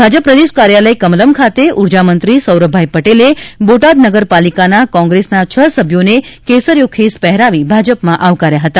ભાજપ પ્રદેશ કાર્યાલય કમલમ ખાતે ઉર્જામંત્રીશ્રી સૌરભભાઇ પટેલે બોટાદ નગરપાલિકાના કોંગ્હેસના હ સભ્યોને કેસરિયો ખેસ પહેરાવી ભાજપમાં આવકાર્યા હતા